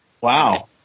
Wow